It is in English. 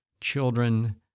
children